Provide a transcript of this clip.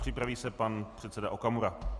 Připraví se pan předseda Okamura.